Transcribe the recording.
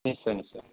নিশ্চয় নিশ্চয়